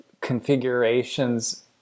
configurations